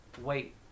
wait